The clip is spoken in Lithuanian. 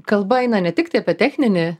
kalba eina ne tiktai apie techninį